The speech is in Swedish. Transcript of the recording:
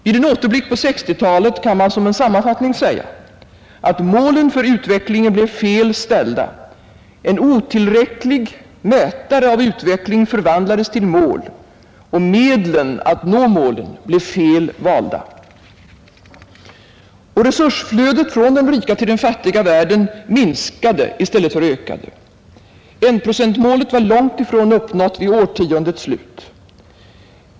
Vid en återblick på 1960-talet kan man som en sammanfattning säga, att målen för utveckling blev fel ställda, en otillräcklig mätare av utveckling förvandlades till mål, och medlen att nå målen blev fel valda. Resursflödet från den rika till den fattiga världen minskade i stället för ökade. Enprocentsmålet var långt ifrån uppnått vid årtiondets slut.